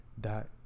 dot